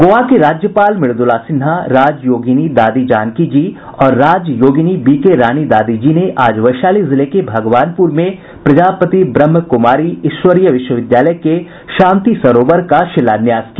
गोवा की राज्यपाल मृद्रला सिन्हा राज योगिनी दादी जानकी जी और राज योगिनी बीके रानी दादीजी ने आज वैशाली जिले के भगवानपुर में प्रजापति ब्रहम कुमारी ईश्वरीय विश्वविद्यालय के शांति सरोवर का शिलान्यास किया